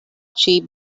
cheap